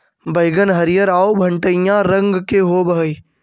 बइगन हरियर आउ भँटईआ रंग के होब हई